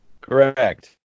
correct